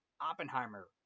Oppenheimer